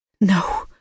No